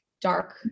dark